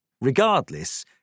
Regardless